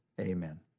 Amen